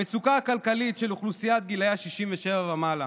המצוקה הכלכלית של אוכלוסיית בני 67 ומעלה.